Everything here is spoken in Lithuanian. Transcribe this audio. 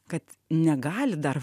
kad negali dar